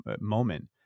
moment